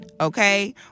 okay